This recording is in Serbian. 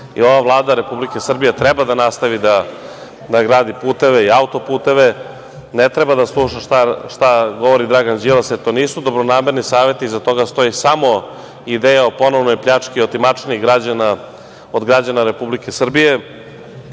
Vlada Republike Srbije treba da nastavi da gradi puteve i auto-puteve. Ne treba da sluša šta govori Dragan Đilas, jer to nisu dobronamerni saveti, iza toga stoji samo ideja o ponovnoj pljački, otimačini građana od građana Republike Srbije. Svi